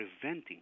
preventing